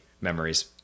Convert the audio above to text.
memories